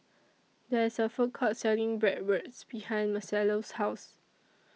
There IS A Food Court Selling Bratwurst behind Marcello's House